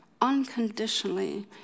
unconditionally